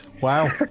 Wow